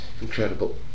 Incredible